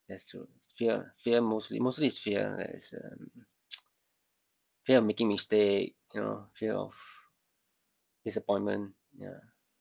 that's true fear ah fear mostly mostly is fear uh fear of making mistake you know fear of disappointment yeah